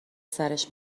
سرش